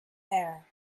air